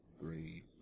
Three